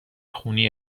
خونی